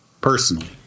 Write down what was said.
personally